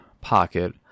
pocket